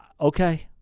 okay